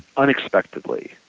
unexpectedly.